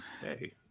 Hey